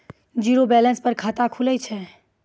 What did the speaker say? Zero balance पर खाता खुले छै?